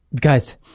guys